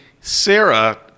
Sarah